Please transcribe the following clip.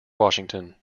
washington